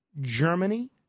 Germany